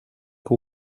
que